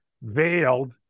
veiled